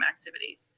activities